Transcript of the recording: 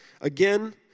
Again